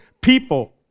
people